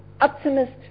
optimist